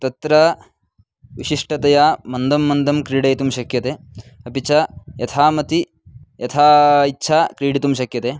तत्र विशिष्टतया मन्दं मन्दं क्रीडयतुं शक्यते अपि च यथा मतिः यथा इच्छा क्रीडितुं शक्यते